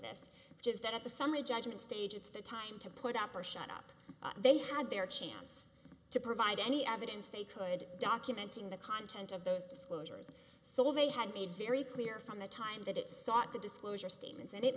that at the summary judgment stage it's the time to put up or shut up they had their chance to provide any evidence they could documenting the content of those disclosures so they had made very clear from the time that it sought the disclosure statements and it